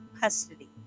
custody